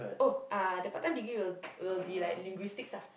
oh uh the part-time degree will will be like linguistics ah